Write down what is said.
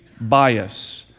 bias